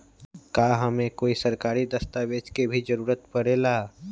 का हमे कोई सरकारी दस्तावेज के भी जरूरत परे ला?